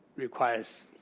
requires